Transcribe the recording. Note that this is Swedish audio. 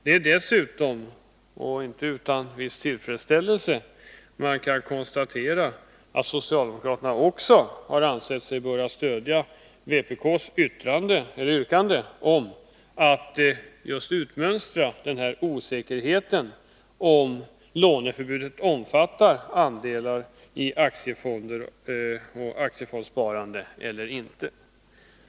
Vi kan dessutom — inte utan viss tillfredsställelse — konstatera att socialdemokraterna också har ansett att de bör stödja vpk:s yrkande att man skall undanröja osäkerheten om huruvida låneförbudet omfattar andelar i aktiefonder och aktiefondssparande eller inte.